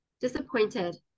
disappointed